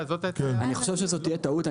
אני חושב שזאת תהיה טעות,